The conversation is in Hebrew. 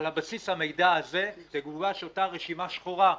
על בסיס המידע הזה תגובש אותה רשימה שחורה.